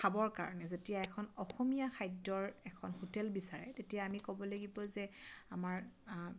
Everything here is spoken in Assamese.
খাবৰ কাৰণে যেতিয়া এখন অসমীয়া খাদ্যৰ এখন হোটেল বিচাৰে তেতিয়া আমি ক'ব লাগিব যে আমাৰ